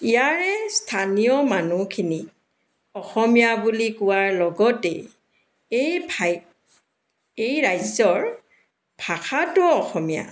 ইয়াৰে স্থানীয় মানুহখিনিক অসমীয়া বুলি কোৱাৰ লগতেই এই ঠাইত এই ৰাজ্যৰ ভাষাটো অসমীয়া